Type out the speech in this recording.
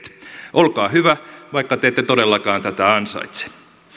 olkaa hyvä vaikka te ette todellakaan tätä ansaitse